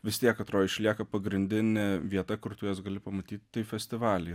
vis tiek atrodo išlieka pagrindinė vieta kur tu juos gali pamatyt tai festivalyje